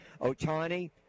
Otani